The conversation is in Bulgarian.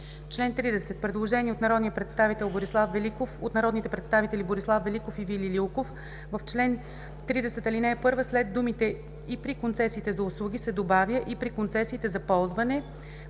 чл. 30 – предложение от народните представители Борислав Великов и Вили Лилков: „В чл. 30, ал. 1 след думите „и при концесиите за услуги“ се добавя „и при концесиите за ползване